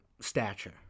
stature